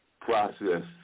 process